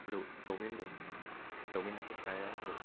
ꯑꯗꯨ ꯆꯧꯃꯤꯟꯗꯨ ꯑꯦ ꯆꯧꯃꯤꯟ ꯅꯠꯇꯦ ꯐ꯭ꯔꯥꯏ ꯔꯥꯏꯁꯇꯨ